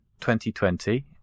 2020